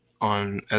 on